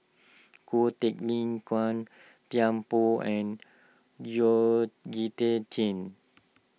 Ko Teck Nin Gan Thiam Poh and Georgette Chen